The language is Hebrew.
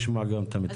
נשמע גם את המתכננים.